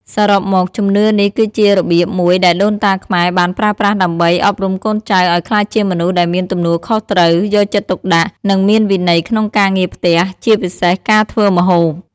សរុបមក ជំនឿនេះគឺជារបៀបមួយដែលដូនតាខ្មែរបានប្រើប្រាស់ដើម្បីអប់រំកូនចៅឱ្យក្លាយជាមនុស្សដែលមានទំនួលខុសត្រូវ យកចិត្តទុកដាក់ និងមានវិន័យក្នុងការងារផ្ទះ ជាពិសេសការធ្វើម្ហូប។